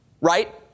Right